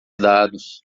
dados